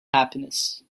happiness